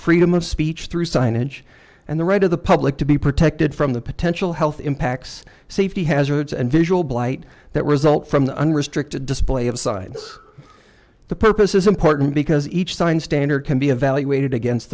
freedom of speech through signage and the right of the public to be protected from the potential health impacts safety hazards and visual blight that result from the unrestricted display of sides the purpose is important because each signed standard can be evaluated against